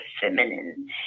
feminine